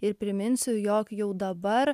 ir priminsiu jog jau dabar